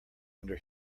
under